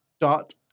dot